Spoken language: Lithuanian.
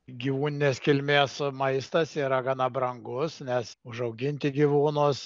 gyvūninės kilmės maistas yra gana brangus nes užauginti gyvūnus